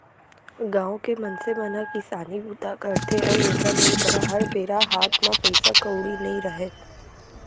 गाँव के मनसे मन ह किसानी बूता करथे अउ ओखर मन करा हर बेरा हात म पइसा कउड़ी नइ रहय